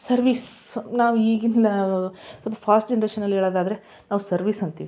service ನಾವು ಈಗಿನ ಸ್ವಲ್ಪ ಫಾಸ್ಟ್ ಜನ್ರೇಷನಲ್ಲಿ ಹೇಳೋದಾದರೆ ನಾವು ಸರ್ವಿಸ್ ಅಂತೀವಿ